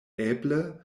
eble